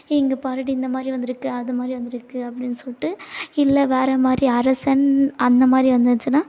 ஏ இங்கேப் பாருடி இந்த மாதிரி வந்திருக்கு அது மாதிரி வந்திருக்கு அப்படின்னு சொல்லிட்டு இல்லை வேறு மாதிரி அரசன் அந்த மாதிரி வந்துச்சுன்னா